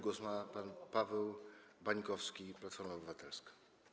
Głos ma pan Paweł Bańkowski, Platforma Obywatelska.